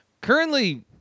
Currently